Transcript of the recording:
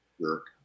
jerk